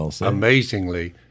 amazingly